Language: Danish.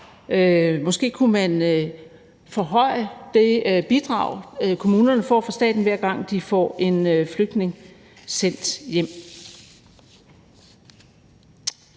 Måske kunne man forhøje det bidrag, kommunerne får fra staten, hver gang de får en flygtning sendt hjem.